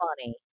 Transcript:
funny